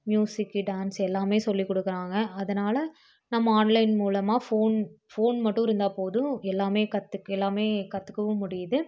மியூசிக்கு dance எல்லாமே சொல்லிக் கொடுக்கறாங்க அதனால் நம்ம ஆன்லைன் மூலமாக ஃபோன் ஃபோன் மட்டும் இருந்தால் போதும் எல்லாமே கற்றுக் எல்லாமே கற்றுக்கவும் முடியுது